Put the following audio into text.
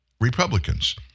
Republicans